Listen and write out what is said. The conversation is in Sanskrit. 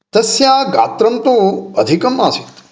तस्याः गात्रं तु अधिकम् आसीत्